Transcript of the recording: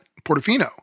Portofino